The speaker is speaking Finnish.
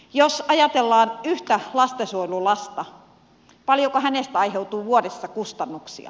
jos ajatellaan yhtä lastensuojelulasta paljonko hänestä aiheutuu vuodessa kustannuksia